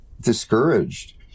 discouraged